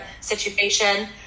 situation